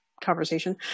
conversation